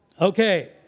Okay